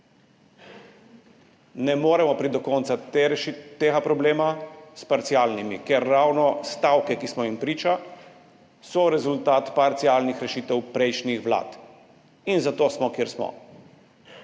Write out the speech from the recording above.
Ne moremo priti do konca tega problema s parcialnimi. Ravno stavke, ki smo jim priča, so rezultat parcialnih rešitev prejšnjih vlad. In zato smo, kjer smo.